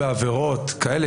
בעבירות כאלה...